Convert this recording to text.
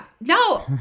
No